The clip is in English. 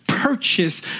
Purchase